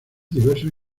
diversos